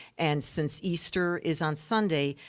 and since easter is on sunday,